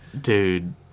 Dude